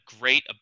great